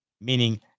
Meaning